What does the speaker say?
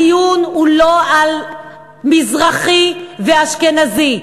הדיון אינו על מזרחי ואשכנזי.